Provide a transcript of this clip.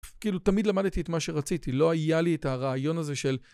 כאילו, תמיד למדתי את מה שרציתי, לא היה לי את הרעיון הזה של...